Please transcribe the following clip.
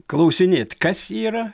klausinėt kas yra